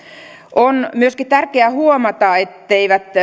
on myöskin tärkeä huomata etteivät